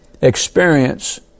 experience